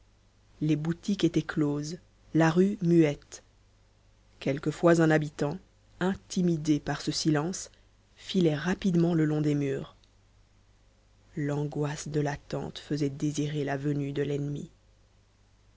les boutiques étaient closes la rue muette quelquefois un habitant intimidé par ce silence filait rapidement le long des murs l'angoisse de l'attente faisait désirer la venue de l'ennemi